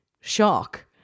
shock